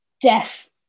death